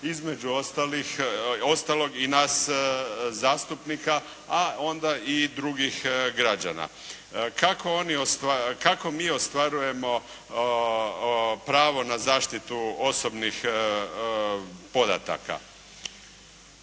između ostalog i nas zastupnika, a onda i drugih građana kako mi ostvarujemo pravo na zaštitu osobnih podataka?